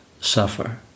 suffer